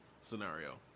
scenario